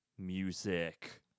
Music